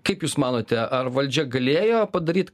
kaip jūs manote ar valdžia galėjo padaryt